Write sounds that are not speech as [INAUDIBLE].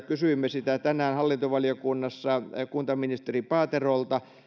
[UNINTELLIGIBLE] kysyimme sitä tänään hallintovaliokunnassa kuntaministeri paaterolta